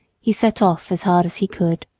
he set off as hard as he could.